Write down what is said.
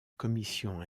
commission